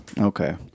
Okay